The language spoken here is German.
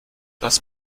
das